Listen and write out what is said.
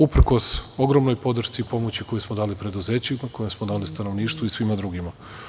Uprkos ogromnoj podršci i pomoći koju smo dali preduzećima i stanovništvu i svima drugima.